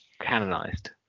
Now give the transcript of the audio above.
Canonized